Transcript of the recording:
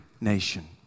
nation